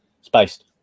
Spaced